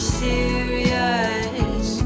serious